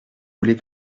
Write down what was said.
voulez